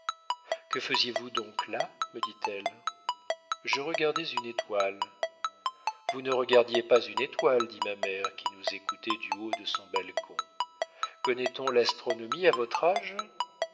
que faisiez-vous donc là me dit-elle je regardais une étoile vous ne regardiez pas une étoile dit ma mère qui nous écoutait du haut de son balcon connaît-on l'astronomie à votre âge